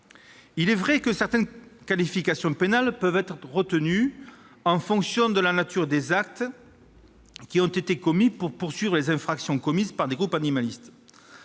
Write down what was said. Il est vrai que certaines qualifications pénales peuvent être retenues, en fonction de la nature des actes qui ont été commis, pour poursuivre les infractions commises par des groupes animalistes.